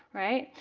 right?